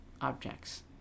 objects